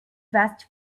vest